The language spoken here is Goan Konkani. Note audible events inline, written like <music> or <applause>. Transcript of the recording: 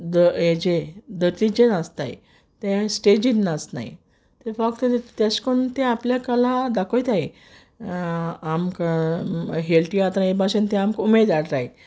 <unintelligible> हेजे <unintelligible> नाचताय ते स्टेजीर नाचनाय ते फोक्त तेश कोन्न ते आपल्या कला दाखोयताय आमकां हेळ तियात्रां हे भाशेन ते आमक उमेद हाडटाय